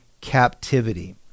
captivity